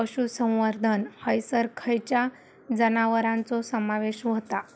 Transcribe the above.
पशुसंवर्धन हैसर खैयच्या जनावरांचो समावेश व्हता?